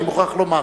אני מוכרח לומר.